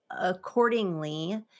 accordingly